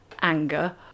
anger